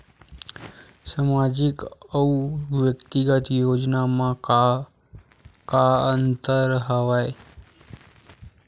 सामाजिक अउ व्यक्तिगत योजना म का का अंतर हवय?